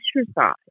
exercise